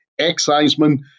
exciseman